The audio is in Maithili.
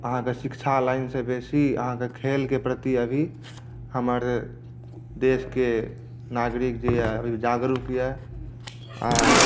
अहाँके शिक्षा लाइनसँ बेसी अहाँके खेल के प्रति अभी हमर देश के नागरिक जे यऽ जागरूक यऽ आर